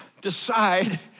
decide